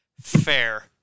fair